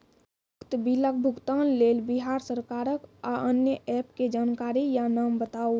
उक्त बिलक भुगतानक लेल बिहार सरकारक आअन्य एप के जानकारी या नाम बताऊ?